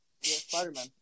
Spider-Man